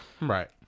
right